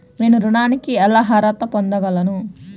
నేను ఋణానికి ఎలా అర్హత పొందగలను?